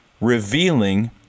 revealing